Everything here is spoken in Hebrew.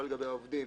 לא לגבי עובדים,